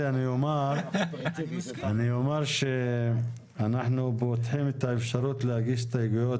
יום ראשון בשעה 10:00.